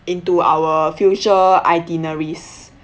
into our future itineraries